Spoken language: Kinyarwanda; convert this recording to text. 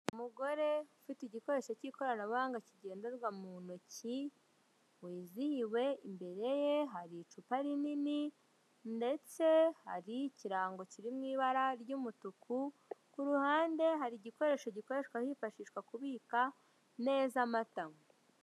Umugore ufite igikoresho cy'ikoranabuhanga kigenderwa mu ntoki, wezihiwe imbere ye hari icupa rinini ndetse hari ikirango kiri mu ibara ry'umutuku, ku ruhande hari igikoresho gikoreshwa hifashishwa kubika neza amata.